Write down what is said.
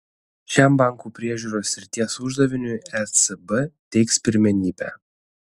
šiam bankų priežiūros srities uždaviniui ecb teiks pirmenybę